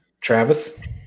Travis